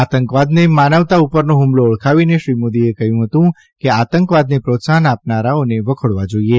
આતંકવાદને માનવતા ઉપરનો ફુમલો ઓળખાવીને શ્રી મોદીએ કહ્યું કે આતંકવાદને પ્રોત્સાહન આપનારાઓને વખોડવા જાઈએ